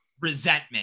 resentment